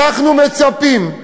אנחנו מצפים,